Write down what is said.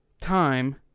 time